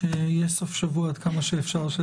שיהיה סוף שבוע, עד כמה שאפשר,